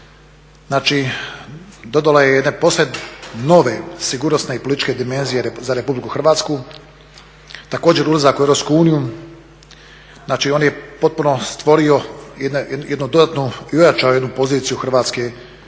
znači dodalo je jedne posve nove sigurnosne i političke dimenzije za RH, također ulazak u EU. Znači, on je potpuno stvorio jednu dodatnu i ojačao poziciju Hrvatske kroz